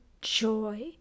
joy